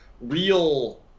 real